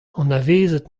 anavezet